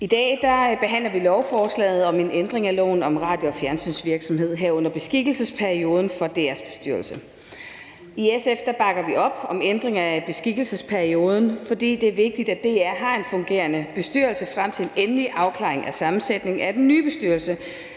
I dag behandler vi lovforslaget om en ændring af loven om radio- og fjernsynsvirksomhed, herunder beskikkelsesperioden for DR's bestyrelse. I SF bakker vi op om en ændring af beskikkelsesperioden, fordi det er vigtigt, at DR har en fungerende bestyrelse frem til den endelige afklaring af sammensætningen af den nye bestyrelse,